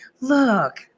Look